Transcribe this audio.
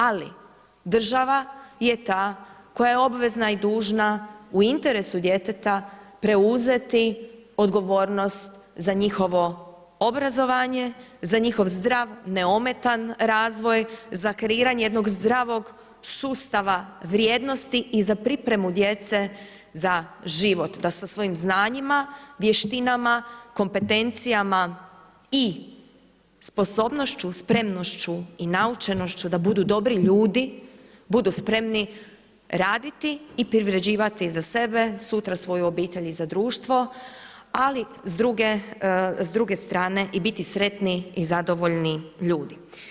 Ali država je ta koja je obvezna i dužna u interesu djeteta preuzeti odgovornost za njihovo obrazovanje, za njihov zdrav, neometan razvoj za kreiranje jednog zdravog sustava vrijednosti i za pripremu djece za život, da sa svojim znanjima, vještinama, kompetencijama i sposobnošću, spremnošću i naučenošću da budu dobri ljudi, budu spremni radi i privređivati za sebe, sutra svoju obitelj i za društvo, ali s druge strane i biti sretni i zadovoljni ljudi.